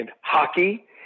hockey